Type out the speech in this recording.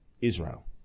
Israel